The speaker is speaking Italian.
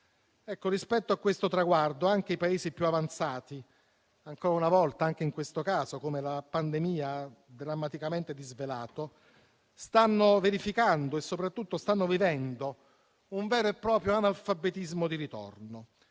conto. Rispetto a questo traguardo, anche i Paesi più avanzati, ancora una volta e anche in questo caso, come la pandemia ha drammaticamente disvelato, stanno verificando e soprattutto stanno vivendo un vero e proprio analfabetismo di ritorno.